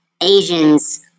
Asians